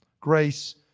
Grace